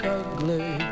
ugly